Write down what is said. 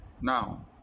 Now